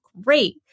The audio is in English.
great